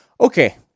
Okay